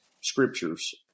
scriptures